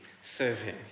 serving